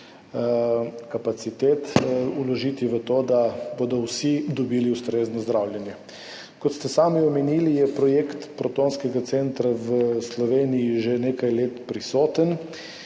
kapacitet, v to, da bodo vsi dobili ustrezno zdravljenje. Kot ste sami omenili, je projekt protonskega centra v Sloveniji prisoten